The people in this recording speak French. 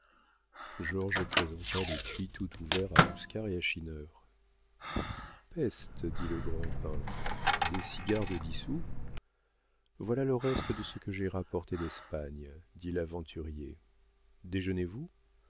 présenta l'étui tout ouvert à oscar et à schinner peste dit le grand peintre des cigares de dix sous voilà le reste de ce que j'ai rapporté d'espagne dit l'aventurier déjeunez vous